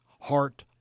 heart